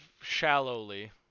Shallowly